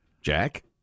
Jack